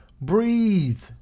Breathe